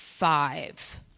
five